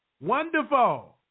Wonderful